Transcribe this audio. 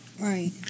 Right